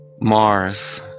Mars